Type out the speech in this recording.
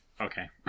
Okay